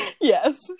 Yes